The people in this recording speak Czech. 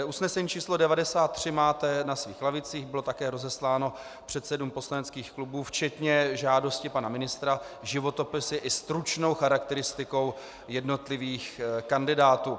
Usnesení číslo 93 máte na svých lavicích, bylo také rozesláno předsedům poslaneckých klubů, včetně žádosti pana ministra, životopisy i se stručnou charakteristikou jednotlivých kandidátů.